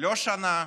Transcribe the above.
לא שנה,